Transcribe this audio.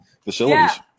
facilities